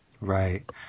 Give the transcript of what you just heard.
Right